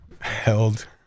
held